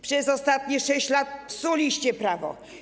Przez ostatnie 6 lat psuliście prawo.